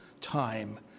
time